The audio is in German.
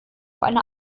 einer